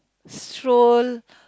stroll